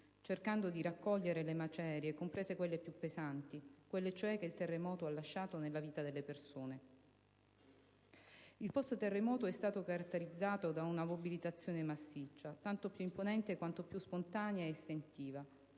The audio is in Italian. cercando di raccogliere le macerie, comprese quelle più pesanti, quelle che il terremoto ha lasciato nella vita delle persone. Il *post*-terremoto è stato caratterizzato da una mobilitazione massiccia, tanto più imponente quanto più spontanea e istintiva: